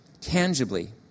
tangibly